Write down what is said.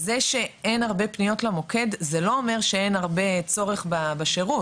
זה שאין הרבה פניות למוקד זה לא אומר שאין הרבה צורך בשירות.